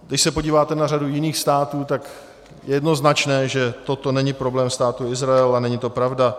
Když se podíváte na řadu jiných států, tak je jednoznačné, že toto není problém Státu Izrael a není to pravda.